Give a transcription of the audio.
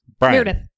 Meredith